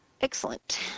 Excellent